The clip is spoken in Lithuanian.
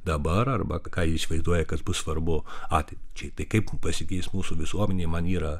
dabar arba ką įsivaizduoja kad bus svarbu ateičiai tai kaip pasikeis mūsų visuomenė man yra